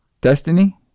Destiny